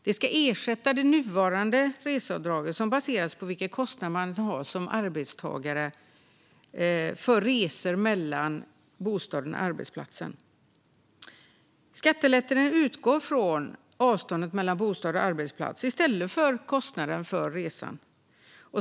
Detta ska ersätta det nuvarande reseavdraget, som baseras på vilka kostnader man som arbetstagare har för resor mellan bostaden och arbetsplatsen. Skattelättnaden utgår från avståndet mellan bostad och arbetsplats i stället för kostnaden för resan.